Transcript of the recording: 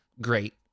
great